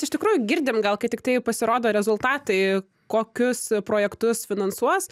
iš tikrųjų girdim gal kai tiktai pasirodo rezultatai kokius projektus finansuos